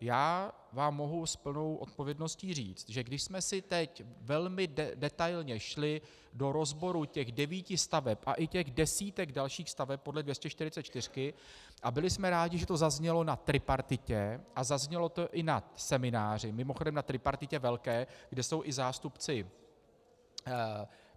Já vám mohu s plnou odpovědností říct, že když jsme teď velmi detailně šli do rozboru těch devíti staveb a těch desítek dalších staveb podle 244, a byli jsme rádi, že to zaznělo na tripartitě, a zaznělo to i na semináři mimochodem na tripartitě velké, kde jsou i zástupci